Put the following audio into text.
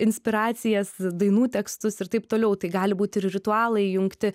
inspiracijas dainų tekstus ir taip toliau tai gali būti ir ritualai jungti